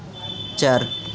चर